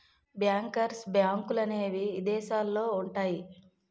bankers బ్యాంకులనేవి ఇదేశాలల్లో ఉంటయ్యి